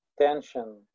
tension